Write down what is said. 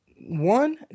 one